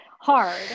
hard